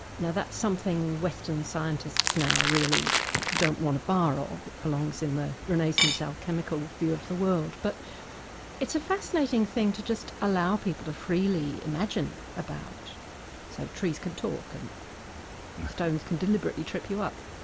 now that's something western scientists now really don't want a bar of it belong in the renaissance alchemical view of the world. but it's a fascinating thing to just allow people to freely imagine about so trees could talk and stones can deliberately trip you up.